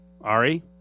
Ari